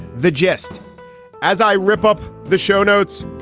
the gist as i rip up the show notes